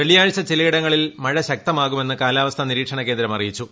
വെള്ളിയാഴ്ച ചിലയിടങ്ങളിൽ മഴ ശക്തമാകുമെന്ന് കാലാവസ്ഥ നിരീക്ഷണ കേന്ദ്രം അറിയിച്ചു